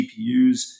GPUs